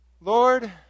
Lord